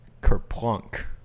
kerplunk